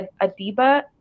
Adiba